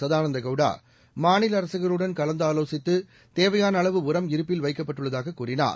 சதானந்த கவுடா மாநில அரசுகளுடன் கலந்தாலோசித்து தேவையான அளவு உரம் இருப்பில் வைக்கப்பட்டுள்ளதாக கூறினார்